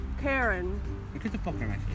Karen